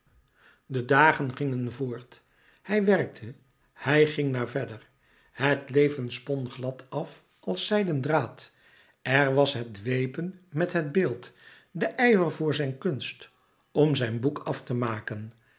de dagen gingen voort hij werkte hij ging naar fedder het leven spon glad af als zijden draad er was het dwepen met het beeld de louis couperus metamorfoze ijver voor zijn kunst om zijn boek af te maken